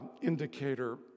indicator